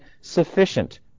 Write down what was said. sufficient